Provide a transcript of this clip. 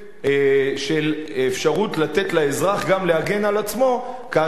של אפשרות לתת לאזרח גם להגן על עצמו כאשר